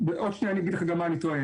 עוד שנייה אני אגיד לך גם מה אני טוען.